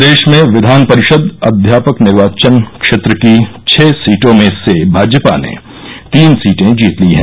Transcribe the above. प्रदेश में विधान परिषद अध्यापक निर्वाचन क्षेत्र की छह सीटों में से भाजपा ने तीन सीटें जीत ली हैं